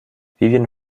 vivien